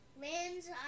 lands